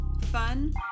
fun